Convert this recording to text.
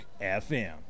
FM